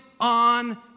on